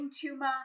tumor